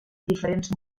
diferents